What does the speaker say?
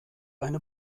eine